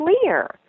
clear